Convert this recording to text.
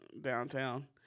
downtown